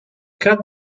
cut